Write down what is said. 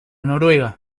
noruega